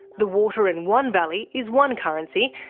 the water in one valley is one currency,